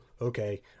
okay